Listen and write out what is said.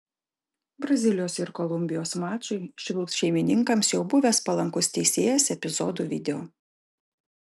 brazilijos ir kolumbijos mačui švilps šeimininkams jau buvęs palankus teisėjas epizodų video